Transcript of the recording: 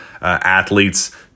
athletes